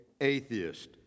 atheist